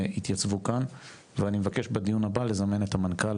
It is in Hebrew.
יתייצבו כאן ואני מבקש בדיון הבא, לזמן את המנכ"ל